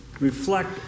reflect